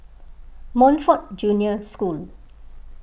Montfort Junior School